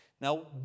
Now